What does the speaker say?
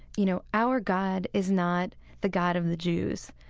you know, our god is not the god of the jews.